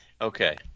Okay